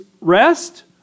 rest